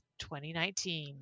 2019